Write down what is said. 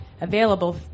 available